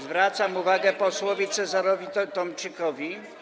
Zwracam uwagę posłowi Cezaremu Tomczykowi.